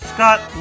Scott